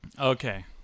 Okay